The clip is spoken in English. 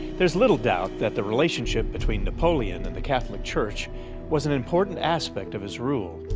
there is little doubt that the relationship between napoleon and the catholic church was an important aspect of his rule.